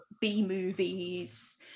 B-movies